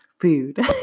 food